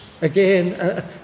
Again